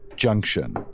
junction